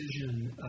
decision